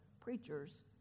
preachers